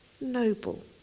noble